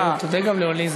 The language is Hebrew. תודה גם לעליזה.